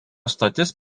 stotis